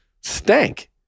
stank